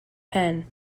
pen